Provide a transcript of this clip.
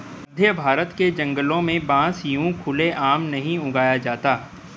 मध्यभारत के जंगलों में बांस यूं खुले आम नहीं उगाया जाता